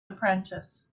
apprentice